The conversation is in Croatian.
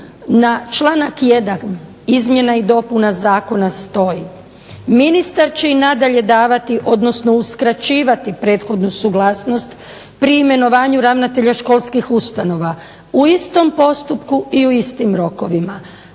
na članak 1. izmjena i dopuna zakona stoji: ministar će i nadalje davati odnosno uskraćivati prethodnu suglasnost pri imenovanju ravnatelja školskih ustanova u istom postupku i u istim rokovima,